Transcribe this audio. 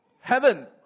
Heaven